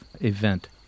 event